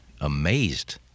amazed